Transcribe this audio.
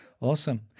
Awesome